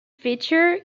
feature